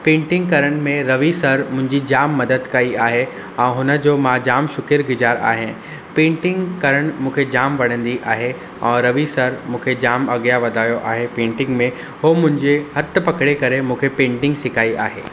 painting करण में Ravi sir मुंजी जामु मदद कई आहे ऐं हुनजो मां जाम शुकुर गुज़ार आए पेंटिंग करणु मूंखे जामु वणंदी आहे ऐं रवि सर र मूंखे जामु अॻियां वधायो आहे पेंटिंग में उहे मुंहिंजे हथ पकिड़े करे मूंखे पेंटिंग सेखारी आहे